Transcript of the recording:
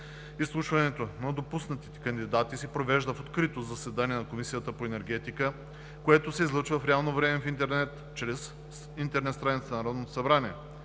Изслушването на допуснатите кандидати се провежда в открито заседание на Комисията по енергетика, което се излъчва в реално време в интернет чрез интернет страницата на Народното събрание.